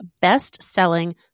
best-selling